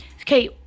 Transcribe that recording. Okay